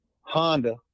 Honda